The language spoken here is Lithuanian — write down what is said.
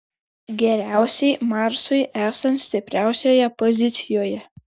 geriausiai marsui esant stipriausioje pozicijoje